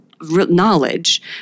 knowledge